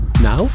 Now